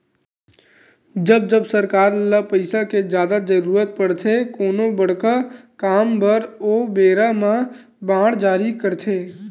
जब जब सरकार ल पइसा के जादा जरुरत पड़थे कोनो बड़का काम बर ओ बेरा म बांड जारी करथे